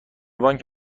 بانک